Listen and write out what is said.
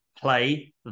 play